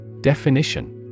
Definition